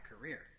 career